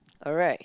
alright